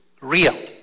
real